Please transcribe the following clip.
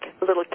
little